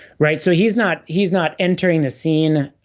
right so he's not, he's not entering the scene,